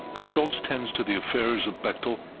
ah shultz tends to the affairs of bechtel,